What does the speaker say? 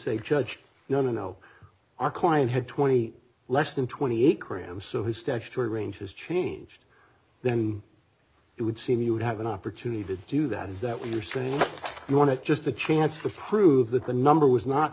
a judge no no our client had twenty less than twenty eight grams so his statutory range is changed then it would seem you would have an opportunity to do that is that what you're saying you wanted just a chance to prove that the number was not